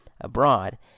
abroad